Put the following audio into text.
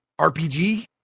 RPG